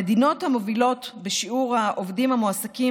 המדינות המובילות בשיעור העובדים המועסקים